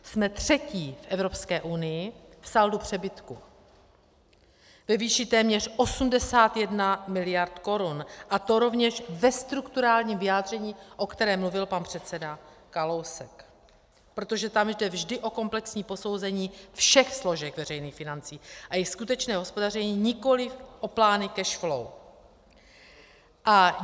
Jsme třetí v Evropské unii v saldu přebytku ve výši téměř 81 mld. korun, a to rovněž ve strukturálním vyjádření, o kterém mluvil pan předseda Kalousek, protože tam jde vždy o komplexní posouzení všech složek veřejných financí a jejich skutečné hospodaření, nikoliv o plány cash flow.